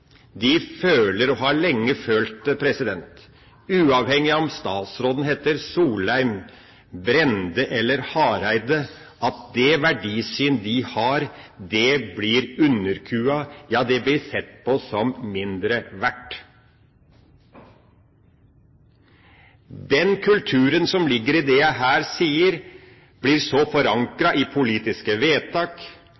føler og har lenge følt, uavhengig av om statsråden heter Solheim, Brende eller Hareide, at det verdisyn de har, blir underkuet – ja, det blir sett på som mindre verdt. Den kulturen som ligger i det jeg her sier, blir så